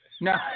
No